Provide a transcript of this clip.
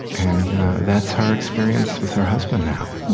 and that's her experience with her husband now.